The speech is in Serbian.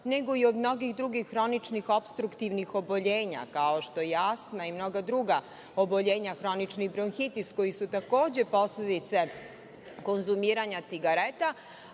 nego i od mnogih drugih hroničnih opstruktivnih oboljenja, kao što je astma i mnoga druga oboljenja, hronični bronhitis, koja su takođe posledica konzumiranja cigareta,